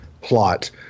plot